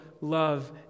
love